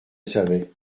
savait